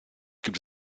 gibt